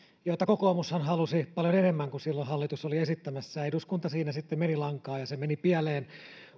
joita kokoomushan halusi paljon enemmän kuin silloin hallitus oli esittämässä eduskunta siinä sitten meni lankaan ja se meni pieleen